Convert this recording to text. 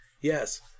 Yes